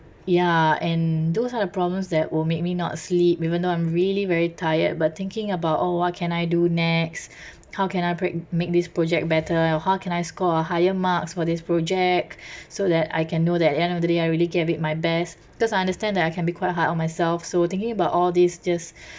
ya and those are the problems that will make me not sleep even though I'm really very tired but thinking about oh what can I do next how can I break make this project better how can I score a higher marks for this project so that I can know that at end of the day I really gave it my best because I understand that I can be quite hard on myself so thinking about all these just